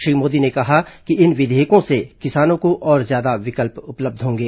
श्री मोदी ने कहा कि इन विधेयकों से किसानों को और ज्यादा विकल्प उपलब्ध होंगे